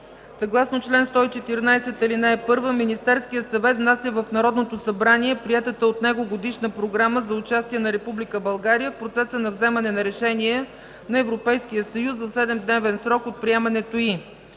Съгласно чл. 114: (1) Министерският съвет внася в Народното събрание приетата от него Годишна програма за участие на Република България в процеса на вземане на Решение на Европейския съюз в 7-дневен срок от приемането й.